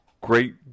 great